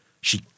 She